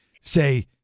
say